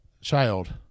child